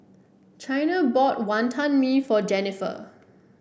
Chyna bought Wantan Mee for Jenifer